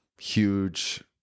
Huge